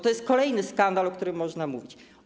To jest kolejny skandal, o którym można powiedzieć.